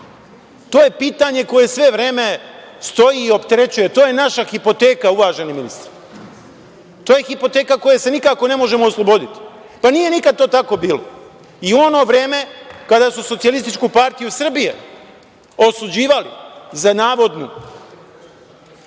je pitanje koje sve vreme stoji i opterećuje, to je naša hipoteka uvaženi ministre. To je hipoteka koje se nikako ne možemo osloboditi, nije nikad to tako bilo. I u ono vreme kada su SPS osuđivali za navodnu